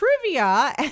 trivia